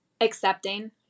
accepting